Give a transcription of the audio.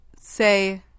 Say